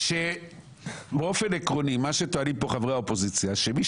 ההזיה היא שבאופן עקרוני מה שטוענים פה חברי האופוזיציה שמי